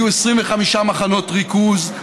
היו 25 מחנות ריכוז,